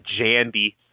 Jandy